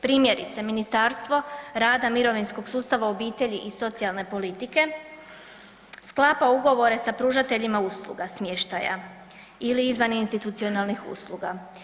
Primjerice, Ministarstvo rada, mirovinskog sustava, obitelji i socijalne politike sklapa ugovore sa pružateljima usluga smještaja ili izvaninstitucionalnih usluga.